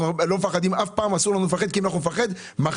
אנחנו לא מפחדים ואף פעם אסור לנו לפחד כי אם נפחד מחר